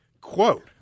quote